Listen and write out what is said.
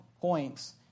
points